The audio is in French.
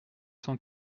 cent